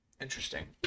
Interesting